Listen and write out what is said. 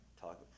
talk